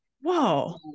Whoa